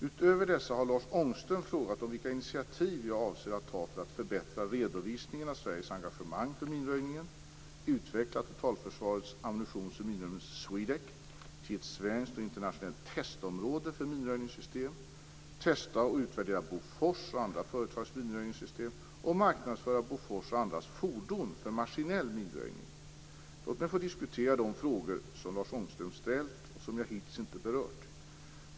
Utöver dessa har Lars Ångström frågat om vilka initiativ jag avser ta för att · förbättra redovisningen av Sveriges engagemang för minröjningen, · utveckla Totalförsvarets ammunitions och minröjningscentrum, SWEDEC, till ett svenskt och internationellt testområde för minröjningssystem, · testa och utvärdera Bofors och andra företags minröjningssystem och Låt mig få diskutera de frågor som Lars Ångström har ställt och som jag hittills inte har berört.